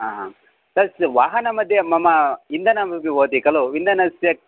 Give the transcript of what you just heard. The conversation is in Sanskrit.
आह तस्य वाहनमध्ये मम इन्दानीमपि भवति खलु इन्धनस्य